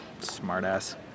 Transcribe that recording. Smartass